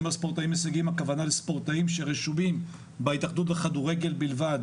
הכוונה לספורטאים שרשומים בהתאחדות לכדורגל בלבד,